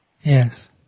Yes